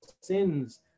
sins